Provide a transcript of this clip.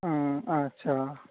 আচ্ছা